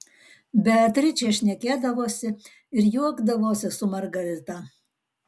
beatričė šnekėdavosi ir juokdavosi su margarita